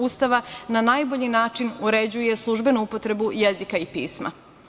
Ustava na najbolji način uređuje službenu upotrebu jezika i pisma.